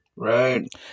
Right